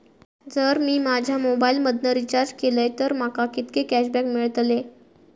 जर मी माझ्या मोबाईल मधन रिचार्ज केलय तर माका कितके कॅशबॅक मेळतले?